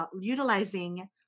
utilizing